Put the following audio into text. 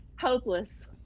Hopeless